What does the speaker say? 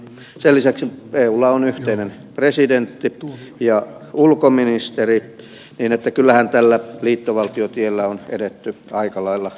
sen lisäksi eulla on yhteinen presidentti ja ulkoministeri niin että kyllähän tällä liittovaltiotiellä on edetty aika lailla pitkälle